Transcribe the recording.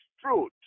fruit